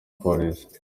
polisi